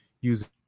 using